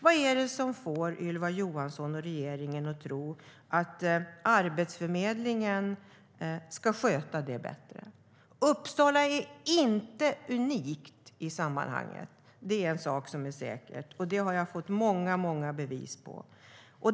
Vad är det som får Ylva Johansson och regeringen att tro att Arbetsförmedlingen ska sköta det bättre? Uppsala är inte unikt i sammanhanget. Det är en sak som är säker. Det har jag fått många bevis på.